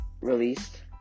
released